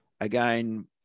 again